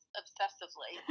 obsessively